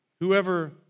Whoever